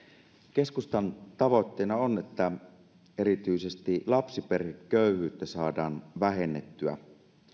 keskustan tavoitteena on että erityisesti lapsiperheköyhyyttä saadaan vähennettyä